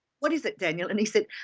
what is it daniel? and he said,